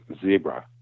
zebra